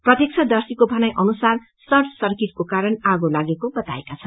प्रत्याक्षदर्शीको भनाई अनुसार र्सट सर्किटको कारण आगो लागेको बताएका छन्